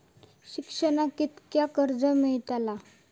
शिक्षणाक कीतक्या कर्ज मिलात?